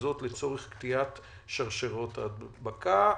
וזאת לצורך קטיעת שרשראות ההדבקה.